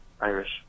Irish